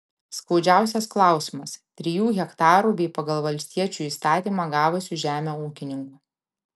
skaudžiausias klausimas trijų hektarų bei pagal valstiečių įstatymą gavusių žemę ūkininkų